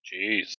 Jeez